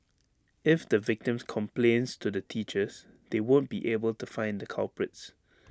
if the victim complains to teachers they won't be able to find the culprits